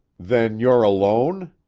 then you're alone?